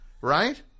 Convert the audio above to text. right